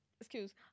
excuse